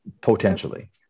potentially